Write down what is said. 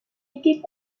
était